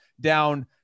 down